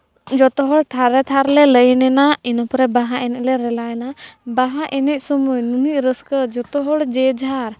ᱡᱚᱛᱚ ᱦᱚᱲ ᱛᱷᱟᱨᱮ ᱛᱷᱟᱨᱞᱮ ᱞᱟᱹᱭᱤᱱᱮᱱᱟ ᱤᱱᱟᱹᱯᱚᱨᱮ ᱵᱟᱦᱟ ᱮᱱᱮᱡᱽ ᱞᱮ ᱨᱮᱞᱟᱣᱮᱱᱟ ᱵᱟᱦᱟ ᱮᱱᱮᱡᱽ ᱥᱚᱢᱚᱭ ᱱᱩᱱᱟᱹᱜ ᱨᱟᱹᱥᱠᱟᱹ ᱡᱚᱛᱚ ᱦᱚᱲ ᱡᱮᱼᱡᱷᱟᱨ